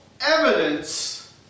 evidence